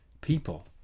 people